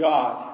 God